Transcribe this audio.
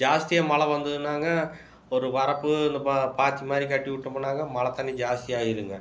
ஜாஸ்தியாக மழை வந்ததுன்னாங்க ஒரு வரப்பு இந்த பா பாத்தி மாதிரி கட்டி விட்டமுன்னாங்க மழை தண்ணி ஜாஸ்தி ஆகிருங்க